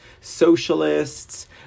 socialists